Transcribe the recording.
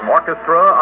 Orchestra